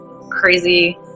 crazy